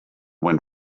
went